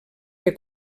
que